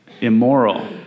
immoral